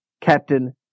Captain